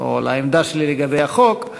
או לעמדה שלי לגבי החוק,